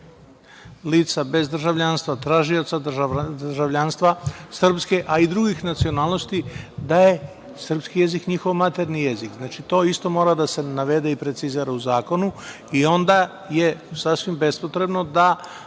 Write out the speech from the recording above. lica bez državljanstva, tražioca državljanstva srpske, a i drugih nacionalnosti, da je srpski jezik njihov maternji jezik. To isto mora da se navede i precizira u zakonu. Onda je sasvim bespotrebno da